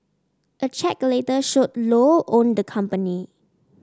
a check later showed Low owned the company